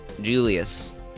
Julius